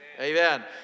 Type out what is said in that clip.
Amen